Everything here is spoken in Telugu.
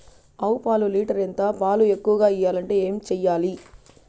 ఆవు పాలు లీటర్ ఎంత? పాలు ఎక్కువగా ఇయ్యాలంటే ఏం చేయాలి?